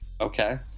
Okay